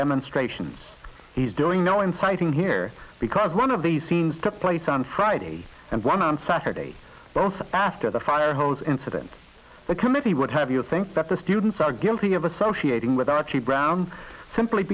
demonstrations he's doing now and fighting here because one of the scenes took place on friday and one on saturday both after the fire hose incident the committee would have you think that the students are guilty of associated with archie brown simply